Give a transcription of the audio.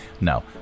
no